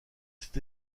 cet